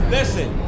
Listen